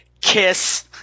Kiss